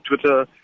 Twitter